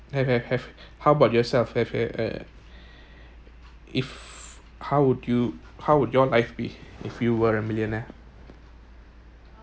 have have have how bout yourself have have have if how would you how would your life be if you were a millionaire